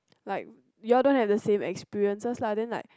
like you'll don't have the same experiences lah then like